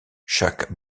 chaque